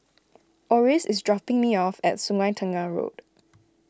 Oris is dropping me off at Sungei Tengah Road